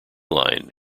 line